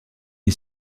est